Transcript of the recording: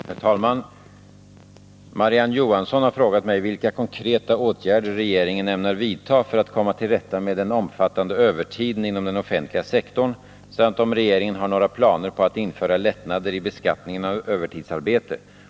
Herr talman! Marie-Ann Johansson har frågat mig vilka konkreta åtgärder regeringen ämnar vidta för att komma till rätta med den omfattande övertiden inom den offentliga sektorn, samt om regeringen har några planer på att införa lättnader i beskattningen av övertidsarbete.